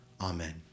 Amen